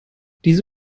diese